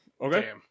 Okay